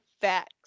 facts